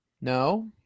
No